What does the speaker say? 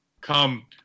come